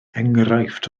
enghraifft